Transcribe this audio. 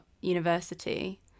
university